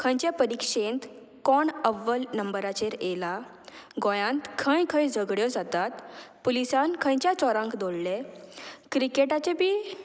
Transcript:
खंयचे परिक्षेंत कोण अव्वल नंबराचेर येयला गोंयांत खंय खंय झगड्यो जातात पुलिसान खंयच्या चोरांक दोळ्ळे क्रिकेटाचे बी